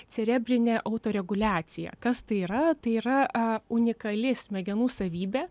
cerebrinė auto reguliacija kas tai yra tai yra unikali smegenų savybė